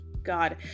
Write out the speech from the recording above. God